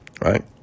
right